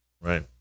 Right